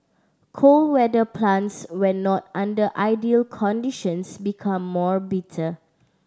cold weather plants when not under ideal conditions become more bitter